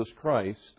Christ